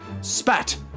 SPAT